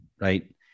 Right